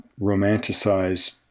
romanticize